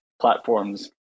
platforms